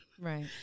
Right